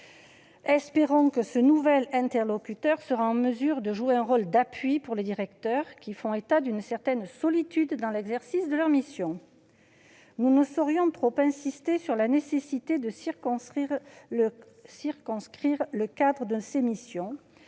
espérons que ce nouvel interlocuteur sera en mesure de jouer un rôle d'appui auprès des directeurs qui font état d'une certaine solitude dans l'exercice de leurs missions. Nous ne saurions trop insister sur la nécessité de circonscrire le cadre de ces missions